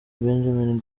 benjamin